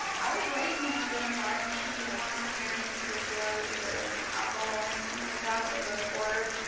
i was raised, you know, good environment. neither one of my parents did drugs or alcohol or anything like that. they both worked.